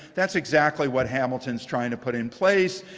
that's exactly what hamilton's trying to put in place.